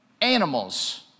animals